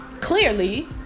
Clearly